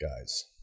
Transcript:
guys